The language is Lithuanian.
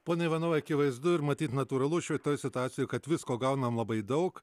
pone ivanovai akivaizdu ir matyt natūralu šitoj situacijoj kad visko gaunam labai daug